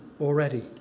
already